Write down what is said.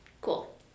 Cool